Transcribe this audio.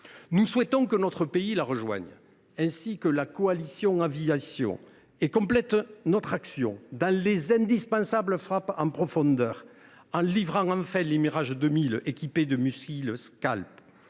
Nous souhaitons que notre pays la rejoigne, ainsi que la coalition aviation, et complète son action pour ce qui concerne les indispensables frappes en profondeur, en livrant enfin les Mirage 2000 équipés de missiles Scalp.